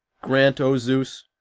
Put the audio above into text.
grant, o zeus,